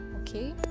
okay